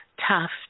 tough